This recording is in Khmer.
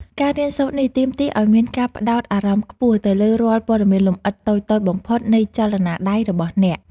ការរៀនសូត្រនេះទាមទារឱ្យមានការផ្ដោតអារម្មណ៍ខ្ពស់ទៅលើរាល់ព័ត៌មានលម្អិតតូចៗបំផុតនៃចលនាដៃរបស់អ្នក។